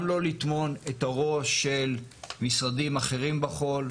גם לא לטמון את הראש של משרדים אחרים בחול,